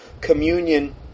communion